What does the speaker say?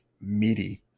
meaty